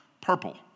purple